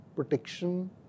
protection